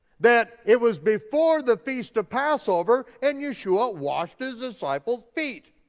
that it was before the feast of passover and yeshua washed his disciples' feet.